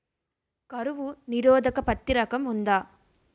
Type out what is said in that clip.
కరువు నిరోధక పత్తి రకం ఉందా?